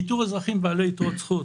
איתור אזרחים בעלי יתרות זכות.